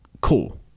Cool